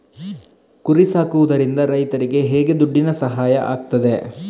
ಕುರಿ ಸಾಕುವುದರಿಂದ ರೈತರಿಗೆ ಹೇಗೆ ದುಡ್ಡಿನ ಸಹಾಯ ಆಗ್ತದೆ?